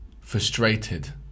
frustrated